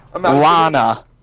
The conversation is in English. Lana